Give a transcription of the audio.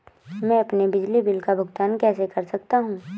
मैं अपने बिजली बिल का भुगतान कैसे कर सकता हूँ?